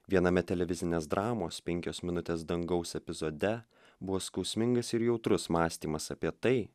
viename televizinės dramos penkios minutės dangaus epizode buvo skausmingas ir jautrus mąstymas apie tai